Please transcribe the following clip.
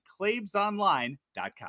clavesonline.com